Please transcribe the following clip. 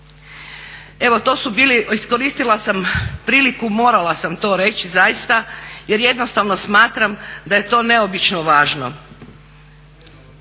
Evo to su bili, iskoristila sam priliku, morala sam to reći zaista jer jednostavno smatram da je to neobično važno.